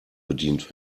bedient